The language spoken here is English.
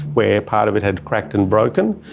where part of it had cracked and broken.